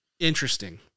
Interesting